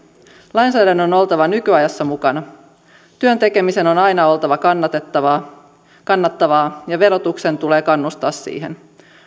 lainsäädännön on oltava nykyajassa mukana työn tekemisen on aina oltava kannattavaa ja verotuksen tulee kannustaa siihen